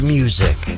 music